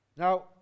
Now